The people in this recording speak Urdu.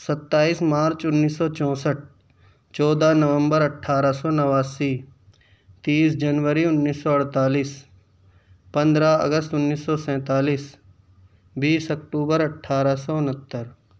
ستائیس مارچ انیس سو چونسٹھ چودہ نومبر اٹھارہ سو نواسی تیس جنوری انیس سو اڑتالیس پندرہ اگست انیس سو سینتالیس بیس اکتوبر اٹھارہ سو انہتر